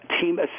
team